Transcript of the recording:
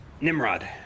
nimrod